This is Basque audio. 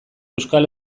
euskal